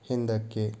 ಹಿಂದಕ್ಕೆ